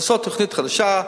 לעשות תוכנית חדשה,